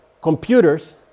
computers